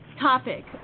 topic